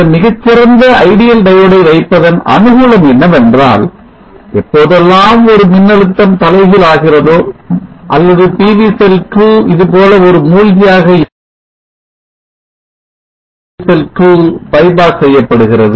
இந்தமிகச்சிறந்த diode ஐ வைப்பதன் அனுகூலம் என்னவென்றால் எப்போதெல்லாம் ஒரு மின்னழுத்தம் தலைகீழ் ஆகிறதோ அல்லது PV செல் 2 இது போல ஒரு மூழ்கி ஆக இயங்க முயற்சிக்கிறதோ அப்போது PV செல் 2 bypass செய்யப்படுகிறது